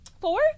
Four